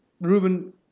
Ruben